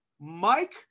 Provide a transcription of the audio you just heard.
Mike